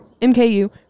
MKU